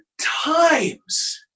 times